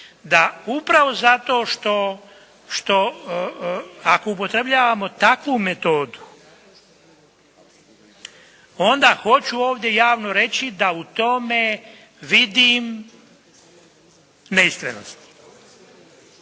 da upravo zato što, što ako upotrebljavamo takvu metodu onda hoću ovdje javno reći da u tome vidim neiskrenost.